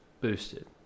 boosted